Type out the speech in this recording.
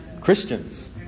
Christians